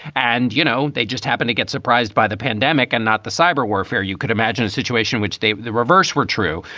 and, you know, they just happen to get surprised by the pandemic and not the cyber warfare. you could imagine a situation which the reverse were true.